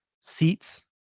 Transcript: seats